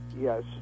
yes